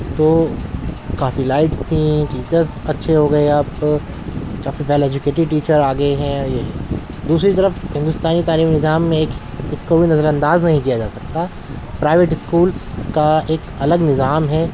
تو کافی لائٹس تھیں ٹیچرس اچھے ہو گئے اب کافی ویل ایجوکیٹیڈ ٹیچر آ گئے ہیں یہ دوسری طرف ہندوستانی تعلیمی نظام میں اس کو نظرانداز نہیں کیا جا سکتا پرائیویٹ اسکولس کا ایک الگ نظام ہے